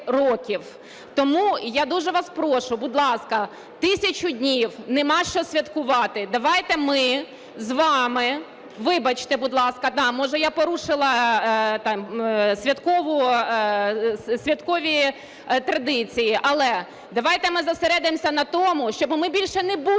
Тому я дуже вас прошу, будь ласка, 1000 днів, немає що святкувати, давайте ми з вами, вибачте, будь ласка, може, я порушила святкові традиції, але давайте ми зосередимося на тому, що ми більше не будемо